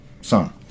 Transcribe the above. son